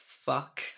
fuck